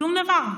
שום דבר.